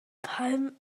palm